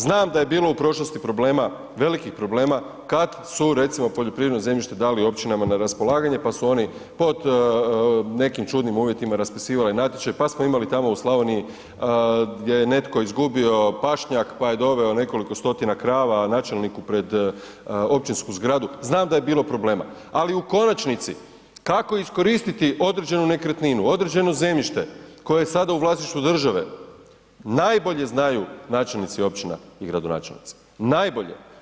Znam da je bilo u prošlosti problema, velikih problema kad su recimo poljoprivredno zemljište dali općinama na raspolaganje, pa su oni pod nekim čudnim uvjetima raspisivali natječaj, pa smo imali tamo u Slavoniji gdje je netko izgubio pašnjak, pa je doveo nekoliko stotina krava načelniku pred općinsku zgradu, znam da je bilo problema, ali u konačnici, kako iskoristiti određenu nekretninu, određeno zemljište koje je sada u vlasništvu države, najbolje znaju načelnici općina i gradonačelnici, najbolje.